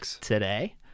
today